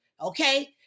Okay